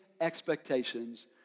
expectations